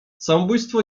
samobójstwo